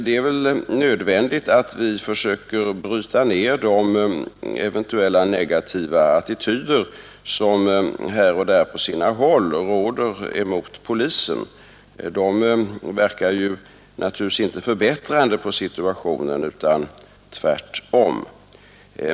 Det är nödvändigt att vi försöker bryta ned de eventuella negativa attityder som på sina håll råder mot polisen. De verkar naturligtvis inte förbättrande på situationen utan tvärtom.